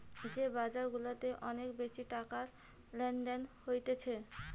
যে বাজার গুলাতে অনেক বেশি টাকার লেনদেন হতিছে